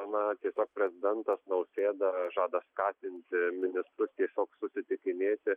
na tiesiog prezidentas nausėda žada skatinti ministrus tiesiog susitikinėti